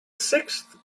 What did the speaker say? sixth